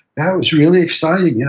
that was really exciting.